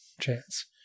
chance